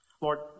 Lord